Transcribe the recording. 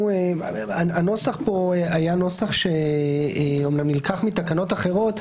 הנוסח פה היה נוסח שאמנם נלקח מתקנות אחרות,